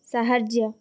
ସାହାଯ୍ୟ